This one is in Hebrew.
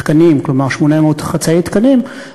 כלומר 800 חצאי תקנים.